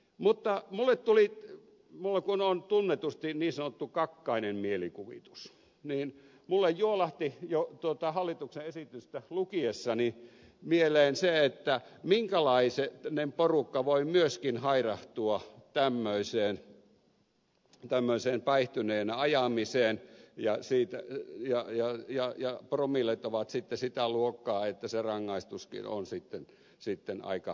mutta minulla kun on tunnetusti niin sanottu kakkainen mielikuvitus niin minulle juolahti jo hallituksen esitystä lukiessani mieleen se minkälainen porukka voi myöskin hairahtua tämmöiseen päihtyneenä ajamiseen ja promillet ovat sitten sitä luokkaa että rangaistuskin on sitten aika merkittävä